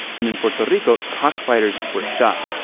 and in puerto rico, cockfighters were shocked